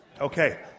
Okay